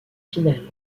finales